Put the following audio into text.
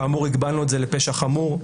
כאמור, הגבלנו את זה לפשע חמור,